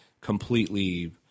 completely